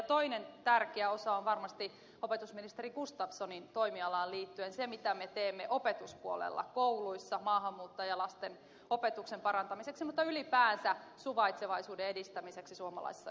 toinen tärkeä osa on varmasti opetusministeri gustafssonin toimialaan liittyen se mitä me teemme opetuspuolella kouluissa maahanmuuttajalasten opetuksen parantamiseksi mutta ylipäänsä suvaitsevaisuuden edistämiseksi suomalaisessa